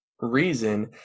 reason